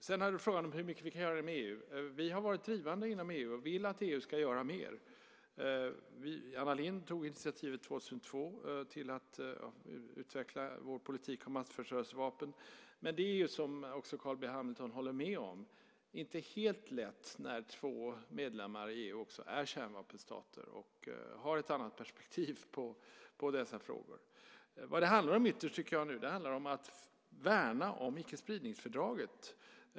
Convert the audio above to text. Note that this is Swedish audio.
Sedan har vi frågan om hur vi mycket vi kan göra i EU. Vi har varit drivande inom EU och vi vill att EU ska göra mer. Anna Lindh tog initiativet 2002 till att utveckla vår politik om massförstörelsevapen. Men det är, som också Carl B Hamilton håller med om, inte helt lätt när två medlemmar i EU också är kärnvapenstater och har ett annat perspektiv på dessa frågor. Det handlar nu ytterst om att värna icke-spridningsfördraget.